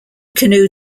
canoe